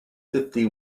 fifty